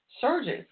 surges